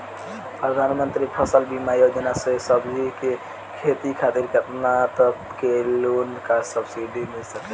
प्रधानमंत्री फसल बीमा योजना से सब्जी के खेती खातिर केतना तक के लोन आ सब्सिडी मिल सकेला?